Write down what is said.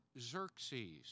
Xerxes